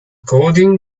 coding